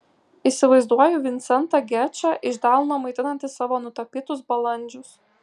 įsivaizduoju vincentą gečą iš delno maitinantį savo nutapytus balandžius